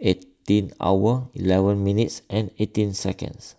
eighteen hour eleven minutes and eighteen seconds